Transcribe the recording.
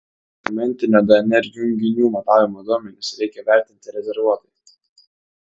momentinio dnr junginių matavimo duomenis reikia vertinti rezervuotai